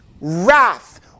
wrath